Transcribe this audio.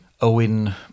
Owen